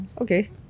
Okay